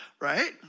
right